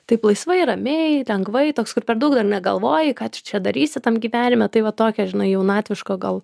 taip laisvai ramiai lengvai toks kur per daug negalvoji ką tu čia darysi tam gyvenime tai va tokia žinai jaunatviško gal